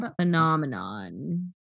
phenomenon